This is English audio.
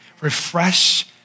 Refresh